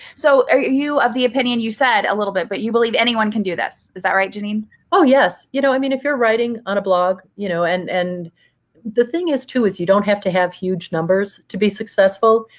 so are you of the opinion you said a little bit but you believe anyone can do this? is that right, jeannine? jeannine crooks oh, yes. you know i mean, if you're writing on a blog you know and and the thing is too is you don't have to have huge numbers to be successful.